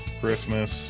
Christmas